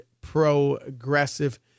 Progressive